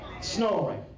Snoring